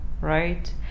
right